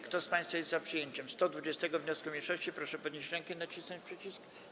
Kto z państwa jest za przyjęciem 130. wniosku mniejszości, proszę podnieść rękę i nacisnąć przycisk.